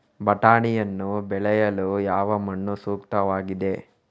ಬಟಾಣಿಯನ್ನು ಬೆಳೆಯಲು ಯಾವ ಮಣ್ಣು ಸೂಕ್ತವಾಗಿದೆ?